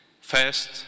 First